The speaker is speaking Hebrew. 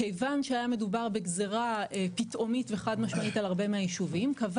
כיוון שהיה מדובר בגזרה פתאומית וחד משמעית על הרבה מהישובים קבע